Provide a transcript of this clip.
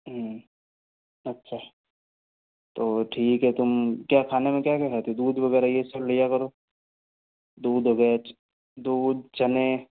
अच्छा तो ठीक है तुम क्या खाना में क्या क्या खाते हो दूध वगैरह ये सब लिया करो दूध हो गए दूध चने